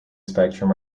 spectrum